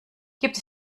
gibt